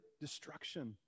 destruction